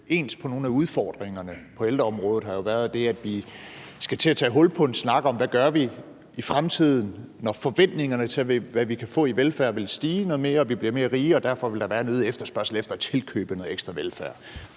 ens på nogle af udfordringerne på ældreområdet, har jo været det, at vi skal til at tage hul på en snak om, hvad vi gør i fremtiden, når forventningerne til, hvad vi kan få af velfærd, vil stige noget mere, og vi bliver mere rige, hvorfor der vil være en øget efterspørgsel efter at tilkøbe noget ekstra velfærd.